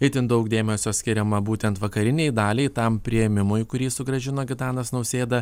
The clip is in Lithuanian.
itin daug dėmesio skiriama būtent vakarinei daliai tam priėmimui kurį sugrąžino gitanas nausėda